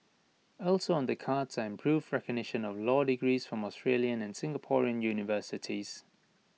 also on the cards are improved recognition of law degrees from Australian and Singaporean universities